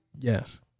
Yes